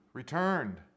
returned